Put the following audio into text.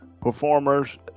performers